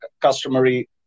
customary